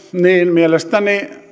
mielestäni